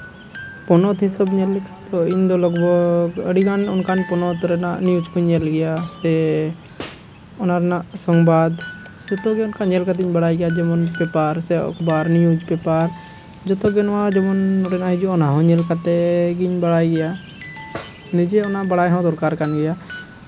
ᱯᱚᱱᱚᱛ ᱦᱤᱥᱟᱹᱵᱽ ᱛᱮ ᱧᱮᱞ ᱞᱮᱠᱷᱟᱱ ᱫᱚ ᱤᱧᱫᱚ ᱞᱚᱜᱚᱫᱽ ᱟᱹᱰᱤᱜᱟᱱ ᱚᱱᱠᱟᱱ ᱯᱚᱱᱚᱛ ᱨᱮᱱᱟᱜ ᱱᱤᱭᱩᱡᱽ ᱠᱚᱧ ᱧᱮᱞ ᱜᱮᱭᱟ ᱥᱮ ᱚᱱᱟ ᱨᱮᱭᱟᱜ ᱥᱚᱝᱵᱟᱫᱽ ᱡᱚᱛᱚ ᱜᱮ ᱚᱱᱠᱟ ᱧᱮᱞ ᱠᱟᱛᱮᱧ ᱵᱟᱲᱟᱭ ᱡᱮᱢᱚᱱ ᱯᱮᱯᱟᱨᱥ ᱥᱮ ᱱᱤᱭᱩᱡᱽ ᱯᱮᱯᱟᱨ ᱡᱚᱛᱚᱜᱮ ᱱᱚᱣᱟ ᱡᱮᱢᱚᱱ ᱱᱚᱰᱮᱱᱟᱜ ᱦᱤᱡᱩᱜᱼᱟ ᱚᱱᱟᱦᱚᱸ ᱧᱮᱞ ᱠᱟᱹᱛᱤᱧ ᱵᱟᱲᱟᱭ ᱜᱮᱭᱟ ᱱᱤᱡᱮ ᱚᱱᱟ ᱵᱟᱲᱟᱭ ᱦᱚᱸ ᱫᱚᱨᱠᱟᱨ ᱠᱟᱱ ᱜᱮᱭᱟ